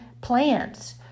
plants